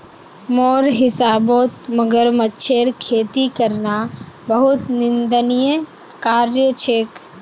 मोर हिसाबौत मगरमच्छेर खेती करना बहुत निंदनीय कार्य छेक